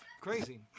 Crazy